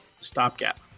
stopgap